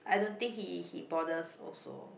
I don't think he he bothers also